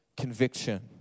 conviction